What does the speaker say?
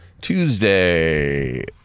Tuesday